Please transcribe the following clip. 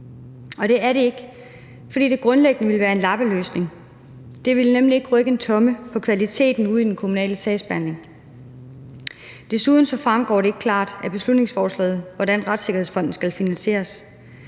Og det er det ikke, fordi det grundlæggende ville være en lappeløsning. Det ville nemlig ikke rykke en tomme på kvaliteten ude i den kommunale sagsbehandling. Desuden fremgår det ikke klart af beslutningsforslaget, hvordan retssikkerhedsfonden skal finansieres.